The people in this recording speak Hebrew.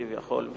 כביכול,